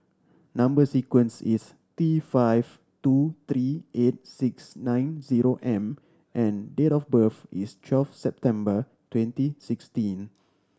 number sequence is T five two three eight six nine zero M and date of birth is twelve September twenty sixteen